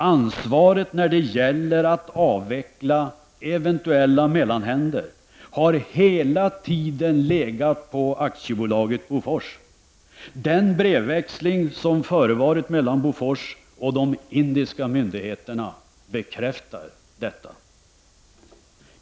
Ansvaret när det gäller att avveckla eventuella mellanhänder har hela tiden legat på AB Bofors. Den brevväxling som förevarit mellan Bofors och de indiska myndigheterna bekräftar detta.